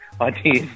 ideas